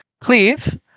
Please